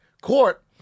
court